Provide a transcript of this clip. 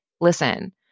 listen